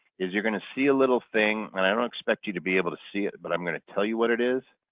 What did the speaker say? is you're going to see a little thing, and i don't expect you to be able to see it, but i'm going to tell you what it is.